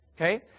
Okay